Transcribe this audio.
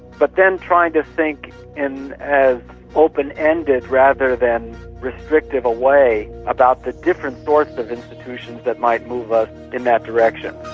but then trying to think in as open-ended rather than restrictive a way about the different sorts of institutions that might move us in that direction.